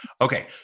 Okay